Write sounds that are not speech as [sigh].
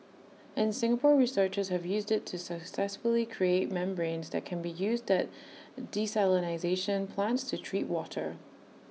and Singapore researchers have used IT to successfully create membranes that can be used that [unintelligible] plants to treat water